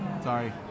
Sorry